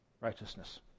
righteousness